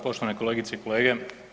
Poštovane kolegice i kolege.